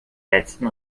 letzten